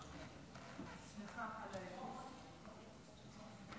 לרשותך שלוש דקות.